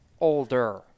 Older